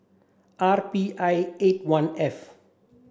R P I eight one F